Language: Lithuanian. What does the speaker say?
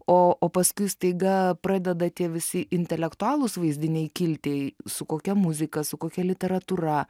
o o paskui staiga pradeda tie visi intelektualūs vaizdiniai kilti su kokia muzika su kokia literatūra